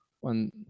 One